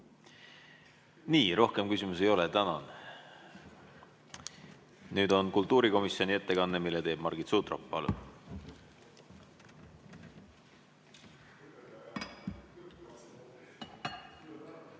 Rohkem küsimusi ei ole. Tänan! Nüüd on kultuurikomisjoni ettekanne, mille teeb Margit Sutrop.